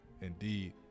indeed